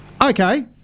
Okay